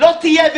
לא תהיה.